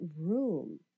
room